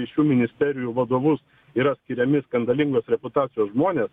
į šių ministerijų vadovus yra skiriami skandalingos reputacijos žmonės